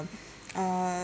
uh